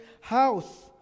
House